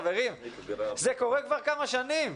חברים, זה קורה כבר כמה שנים.